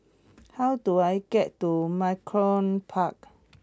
how do I get to Malcolm Park